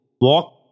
walk